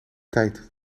tijd